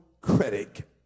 credit